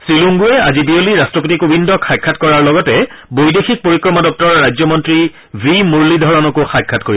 শ্ৰী লুংগুৱে আজি বিয়লি ৰাষ্ট্ৰপতি কোৱিন্দক সাক্ষাৎ কৰাৰ লগতে বৈদেশিক পৰিক্ৰমা দপ্তৰৰ ৰাজ্যমন্ত্ৰী ভি মূৰলীধৰণকো সাক্ষাৎ কৰিব